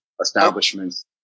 establishments